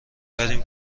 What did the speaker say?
بریم